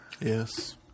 Yes